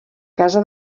casa